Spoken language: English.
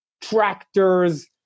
tractors